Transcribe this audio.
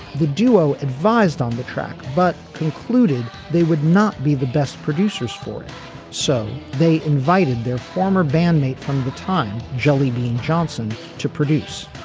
the duo advised on the track but concluded they would not be the best producers for it so they invited their former band mate from the time jellybean johnson to produce.